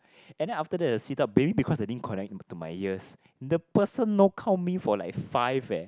and then after that the sit up maybe because they didn't connect to my ears the person no count me for like five eh